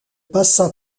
bassin